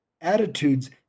attitudes